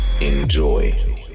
enjoy